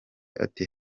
ati